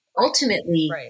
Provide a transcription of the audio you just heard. Ultimately